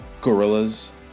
gorillas